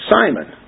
Simon